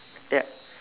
yup